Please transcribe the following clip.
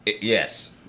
Yes